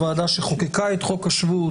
הוועדה שחוקקה את חוק השבות,